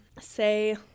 say